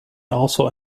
also